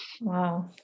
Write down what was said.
Wow